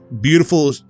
beautiful